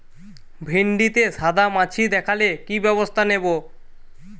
ভিন্ডিতে সাদা মাছি দেখালে কি ব্যবস্থা নেবো?